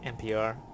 NPR